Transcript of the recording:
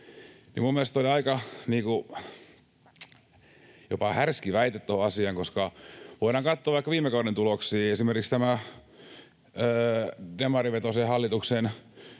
Minun mielestäni tuo oli jopa aika härski väite tuohon asiaan, koska voidaan katsoa vaikka viime kauden tuloksia, esimerkiksi tätä demarivetoisen hallituksen